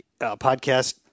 podcast